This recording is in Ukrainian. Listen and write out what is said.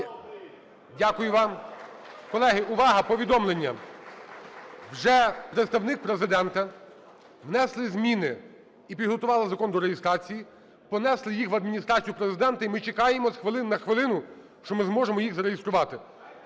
Дякую вам. Колеги, увага, повідомлення. Вже представник Президента внесли зміни і підготували закон до реєстрації, понесли їх в Адміністрацію Президента. І ми чекаємо з хвилини на хвилину, що ми зможемо їх зареєструвати.